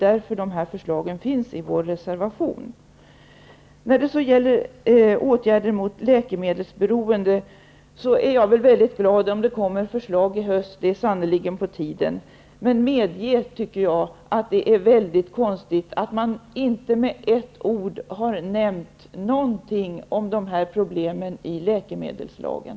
Därför har vi kommit med förslag i vår reservation. Beträffande åtgärder mot läkemedelsberoendet skulle jag vara glad om det kom förslag i höst. Det är sannerligen på tiden. Men medge att det är mycket konstigt att man inte med ett ord har nämnt något om dessa problem i läkemedelslagen.